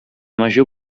major